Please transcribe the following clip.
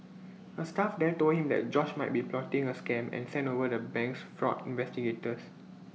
A staff there told him that George might be plotting A scam and sent over the bank's fraud investigators